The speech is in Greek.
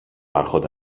άρχοντα